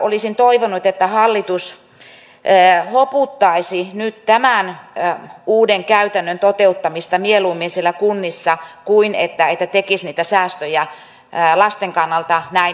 olisin toivonut että hallitus mieluummin hoputtaisi nyt tämän uuden käytännön toteuttamista siellä kunnissa kuin tekisi niitä säästöjä lasten kannalta näin ikävällä tavalla